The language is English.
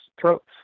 throats